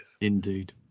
Indeed